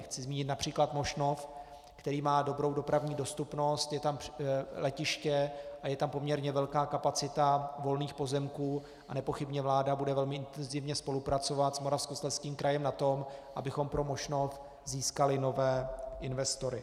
Chci zmínit např. Mošnov, který má dobrou dopravní dostupnost, je tam letiště a je tam poměrně velká kapacita volných pozemků a nepochybně vláda bude velmi intenzivně spolupracovat s Moravskoslezským krajem na tom, abychom pro Mošnov získali nové investory.